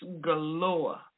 galore